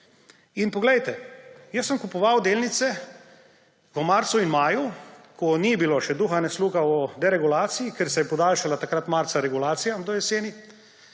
Poglejte, jaz sem kupoval delnice v marcu in maju, ko ni bilo še duha ne sluha o deregulaciji, ker se je podaljšala takrat marca regulacija do jeseni.